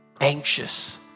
anxious